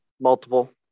multiple